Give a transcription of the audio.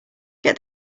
get